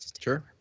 Sure